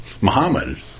Muhammad